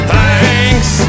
Thanks